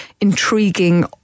intriguing